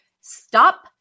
stop